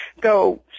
go